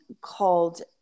called